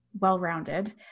well-rounded